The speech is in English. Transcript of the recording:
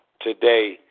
today